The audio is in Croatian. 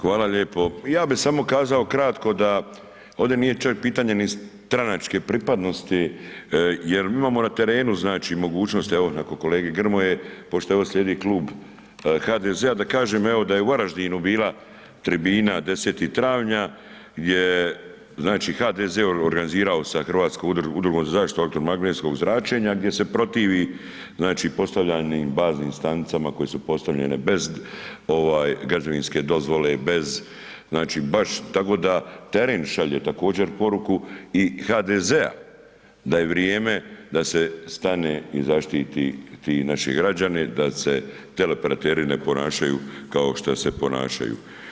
Hvala lijepo, ja bi samo kazao kratko da ovde nije čak pitanje ni stranačke pripadnosti jer mi imamo na terenu znači mogućnost, evo nakon kolege Grmoje, pošto evo slijedi Klub HDZ-a, da kažem evo da je u Varaždinu bila tribina 10. travnja gdje je znači HDZ organizirano sa Hrvatskom udrugom za zaštitu automagnetskog zračenja gdje se protivi znači postavljenim baznim stanicama znači koje su postavljene bez ovaj građevinske dozvole, bez znači baš, tako da teren šalje također poruku i HDZ-a da je vrijeme da se stane i zaštite ti naši građani, da se teleoperateri ne ponašaju kao što se ponašaju.